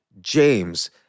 James